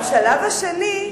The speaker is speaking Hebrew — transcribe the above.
השלב השני,